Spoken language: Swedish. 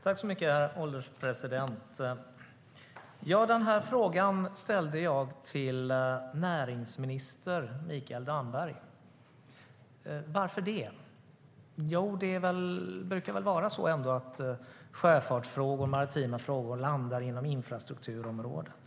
Herr ålderspresident! Jag ställde frågan till näringsminister Mikael Damberg. Varför det, sjöfartsfrågor och maritima frågor brukar väl ändå landa inom infrastrukturområdet?